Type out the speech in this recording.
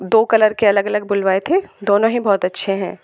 दो कलर के अलग अलग बुलवाए थे दोनों ही बहुत अच्छे हैं